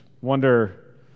wonder